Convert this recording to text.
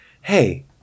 hey